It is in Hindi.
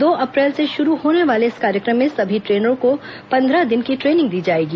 दो अप्रैल से शुरू होने वाले इस कार्यक्रम में सभी ट्रेनरों को पन्द्रह दिन की ट्रेनिंग दी जाएगी